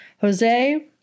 Jose